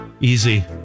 Easy